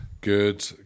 Good